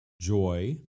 Joy